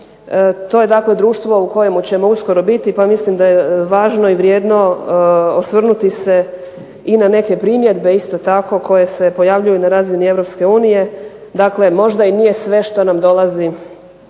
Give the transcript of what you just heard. To je dakle društvo u kojemu ćemo uskoro biti pa mislim da je važno i vrijedno osvrnuti se i na neke primjedbe isto tako koje se pojavljuju na razini EU. Dakle, možda i nije sve što nam dolazi